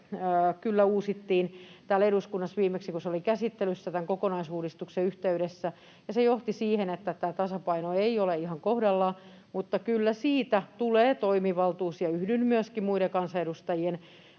kyllä uusittiin täällä eduskunnassa viimeksi, kun se oli käsittelyssä tämän kokonaisuudistuksen yhteydessä, ja se johti siihen, että tämä tasapaino ei ole ihan kohdallaan, mutta kyllä siitä tulee toimivaltuus. Yhdyn myöskin muiden kansanedustajien